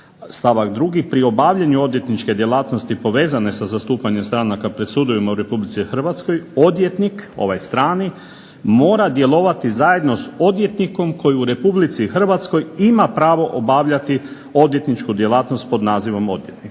pri obavljanju odvjetničke djelatnosti povezane sa zastupanjem stranaka pred sudovima u Republici Hrvatskoj odvjetnik, ovaj strani, mora djelovati zajedno s odvjetnikom koji u Republici Hrvatskoj ima pravo obavljati odvjetničku djelatnost pod nazivom odvjetnika.